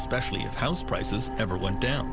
especially if house prices never went down